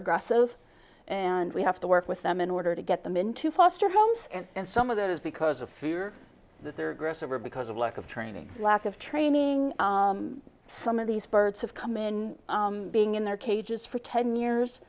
aggressive and we have to work with them in order to get them into foster homes and some of that is because of fear that their aggressive or because of lack of training lack of training some of these birds have come in being in their cages for ten years